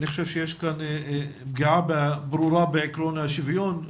אני חושב שיש כאן פגיעה ברורה בעקרון השוויון,